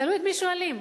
תלוי את מי שואלים,